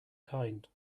kind